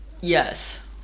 Yes